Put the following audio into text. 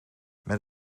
met